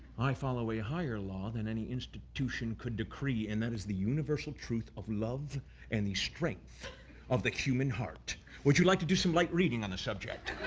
i follow a higher law than any institution could decree and that is the universal truth of love and the strength of the human heart would you like to do some light reading on the subject?